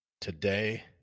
Today